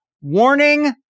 Warning